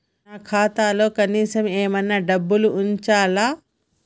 నా ఖాతాలో కనీసం ఏమన్నా డబ్బులు ఉంచాలా?